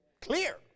clear